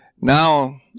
now